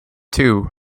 two